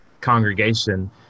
congregation